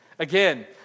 Again